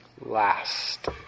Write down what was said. Last